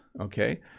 Okay